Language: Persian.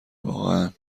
واقعا